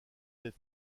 des